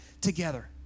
together